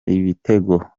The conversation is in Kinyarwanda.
ibitego